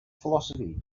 philosophy